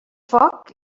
foc